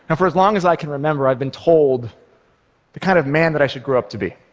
and for as long as i can remember, i've been told the kind of man that i should grow up to be.